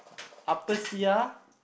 apa sia